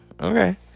okay